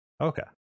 Okay